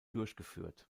durchgeführt